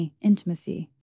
intimacy